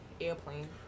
airplane